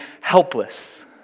helpless